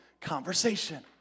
conversation